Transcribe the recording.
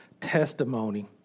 testimony